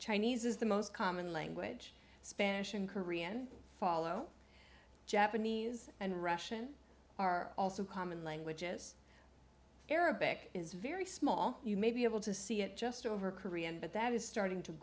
chinese is the most common language spanish and korean follow japanese and russian are also common languages arabic is very small you may be able to see it just over korean but that is starting to